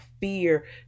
fear